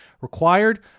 required